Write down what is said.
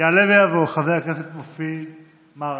יעלה ויבוא חבר הכנסת מופיד מרעי.